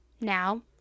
Now